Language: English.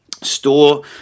Store